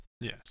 Yes